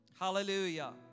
Hallelujah